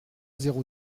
zéro